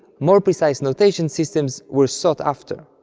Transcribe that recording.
more precise notation systems were sought after.